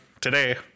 today